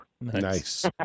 Nice